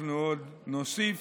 אנחנו עוד נוסיף,